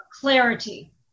clarity